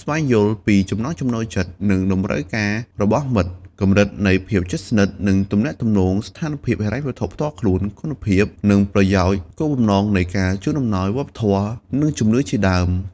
ស្វែងយល់ពីចំណង់ចំណូលចិត្ត និងតម្រូវការរបស់មិត្ត កម្រិតនៃភាពជិតស្និទ្ធ និងទំនាក់ទំនង ស្ថានភាពហិរញ្ញវត្ថុផ្ទាល់ខ្លួន គុណភាព និងប្រយោជន៍ គោលបំណងនៃការជូនអំណោយ វប្បធម៌ និងជំនឿជាដើម។